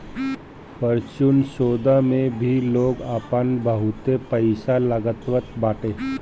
futures सौदा मे भी लोग आपन बहुते पईसा लगावत बाटे